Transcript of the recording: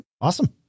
awesome